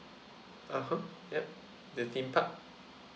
(uh huh) yup the theme park